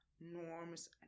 norms